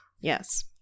yes